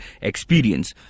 experience